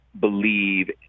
believe